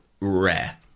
rare